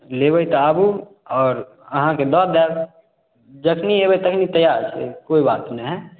लेबै तऽ आबु आओर अहाँके दऽ देब जखनी एबै तखनी तैआर छियै कोइ बात नहि है